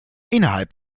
innerhalb